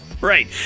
Right